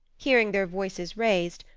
hearing their voices raised,